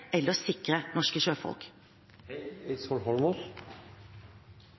eller sikre norske sjøfolk.